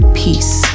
peace